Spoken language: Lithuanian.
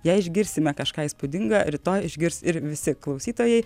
jei išgirsime kažką įspūdinga rytoj išgirs ir visi klausytojai